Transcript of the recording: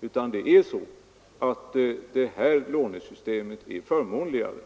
utan det här lånesystemet är verkligen förmånligare.